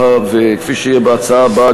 וכפי שיהיה בהצעה הבאה,